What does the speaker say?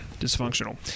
dysfunctional